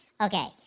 Okay